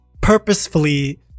purposefully